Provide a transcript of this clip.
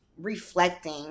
reflecting